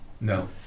No